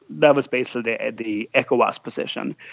that was basically the and the ecowas position.